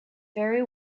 very